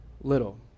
little